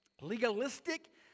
legalistic